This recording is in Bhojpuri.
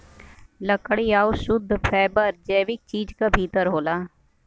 लकड़ी आउर शुद्ध फैबर जैविक चीज क भितर होला